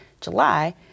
July